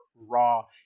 raw